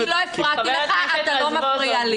אני לא הפרעתי לך, אתה לא מפריע לי.